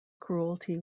cruelty